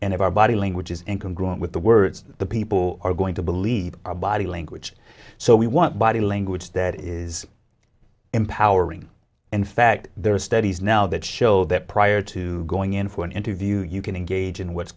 and of our body language is income growing with the words the people are going to believe our body language so we want body language that is empowering in fact there are studies now that show that prior to going in for an interview you can engage in what's